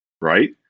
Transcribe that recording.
right